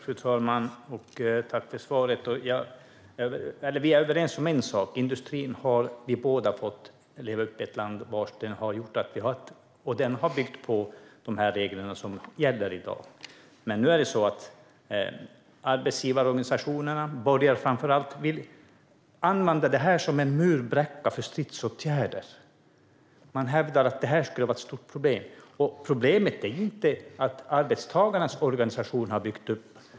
Fru talman! Tack för svaret, Lars Hjälmered! Vi är överens om en sak: Vi har båda vuxit upp i ett land där industrin har skapat välfärd, och den har byggt på de regler som gäller i dag. Men nu vill arbetsgivarorganisationerna, framför allt borgerliga, använda detta som en murbräcka för stridsåtgärder. Man hävdar att det här skulle vara ett stort problem. Men problemet är inte vad arbetstagarnas organisation har byggt upp.